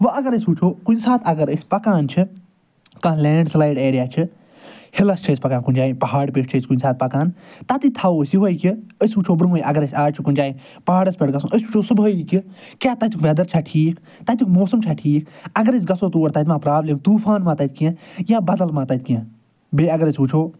وۄنۍ اگر أسۍ وٕچھو کُنہِ ساتہٕ اگر أسۍ پکان چھِ کانٛہہ لینٛڈ سٕلایِڈ ایریا چھِ ہِلس چھِ أسۍ پکان کُنہِ جاے پہاڑ پیٚٹھۍ چھِ أسۍ کُنہِ ساتہِ پکان تتٮ۪تھ تھاوو أسۍ یِہوٚے کہِ أسۍ وٕچھو برٛونٛہٕے اَگر اَسہِ آز چھُ کُنۍ جایہِ پہاڑَس پٮ۪ٹھ گژھُن أسۍ وٕچھو صبحٲے یہِ کہِ کیٛاہ تَتیُک وٮ۪در چھےٚ ٹھیٖک تَتیُک موسم چھےٚ ٹھیٖک اگر أسۍ گژھو تور تتہِ مَہ پرٛابلِم طوفان مَہ تَتہِ کیٚنٛہہ یا بدل مَہ تَتہِ کیٚنٛہہ بیٚیہِ اگر أسۍ وٕچھو